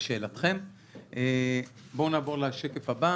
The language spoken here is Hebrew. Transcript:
בואו נעבור לשקף הבא